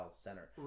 center